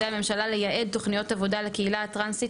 הממשלה לייעד תוכניות עבודה לקהילה הטרנסית,